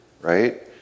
right